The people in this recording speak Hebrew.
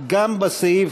בסעיף